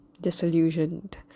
disillusioned